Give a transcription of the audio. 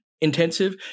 intensive